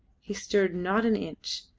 he stirred not an inch,